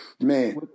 Man